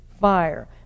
fire